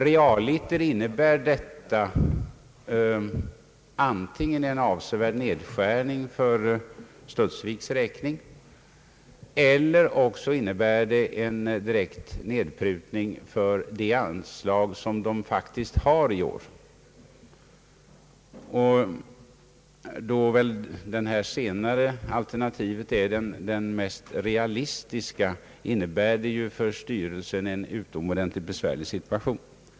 Realiter innebär detta antingen en avsevärd nedskärning för Studsviks räkning eller också innebär det en direkt nedprutning av det anslag som styrelsen faktiskt har i år. Då det senare alternativet är det mest realistiska, innebär det för styrelsen en utomordentligt besvärlig situation.